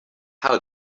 how